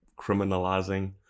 criminalizing